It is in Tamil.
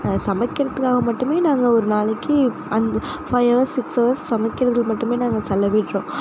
சமைக்கிறதுக்காக மட்டுமே நாங்கள் ஒரு நாளைக்கு அஞ்சு ஃபைவ் அவர்ஸ் சிக்ஸ் அவர்ஸ் சமைக்கிறதில் மட்டுமே நாங்கள் செலவிடறோம்